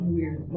weird